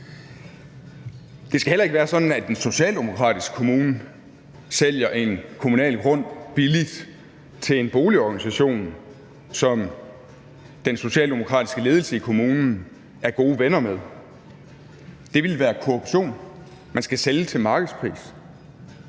Det skal heller ikke være sådan, at en socialdemokratisk kommune sælger en kommunal grund billigt til en boligorganisation, som den socialdemokratiske ledelse i kommunen er gode venner med. Det ville være korruption. Man skal sælge til markedsprisen.